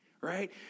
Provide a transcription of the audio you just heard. right